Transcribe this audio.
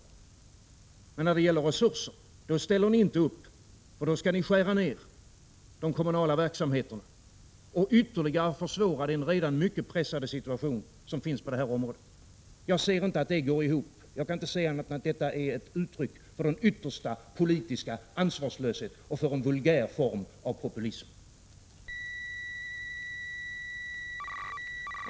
Men när det gäller resurser ställer ni inte upp, för då skall ni skära ner de kommunala verksamheterna och ytterligare försvåra den redan mycket pressande situationen på det här området. Jag ser inte att det går ihop. Det är ett uttryck för den yttersta ansvarslöshet och för en vulgär form av populism.